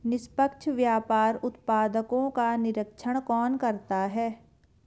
निष्पक्ष व्यापार उत्पादकों का निरीक्षण कौन करता है?